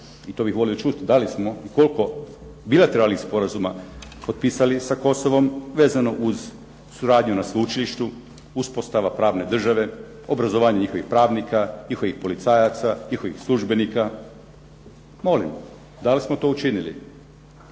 i to bih volio čuti da li smo i koliko bilateralnih sporazuma potpisali sa Kosovom vezano uz suradnju na sveučilištu, uspostava pravne države, obrazovanje njihovih pravnika, njihovih policajaca, njihovih službenika. Molim. Da li smo to učinili?